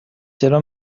چرا